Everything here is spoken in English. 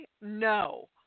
no